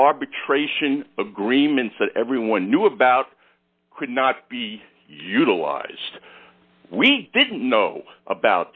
arbitration agreements that everyone knew about could not be utilized we didn't know about